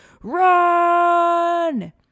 RUN